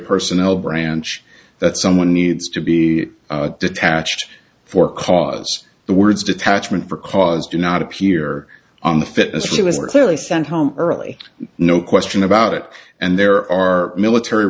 personnel branch that someone needs to be detached for cause the words detachment for cause do not appear on the fitness he was clearly sent home early no question about it and there are military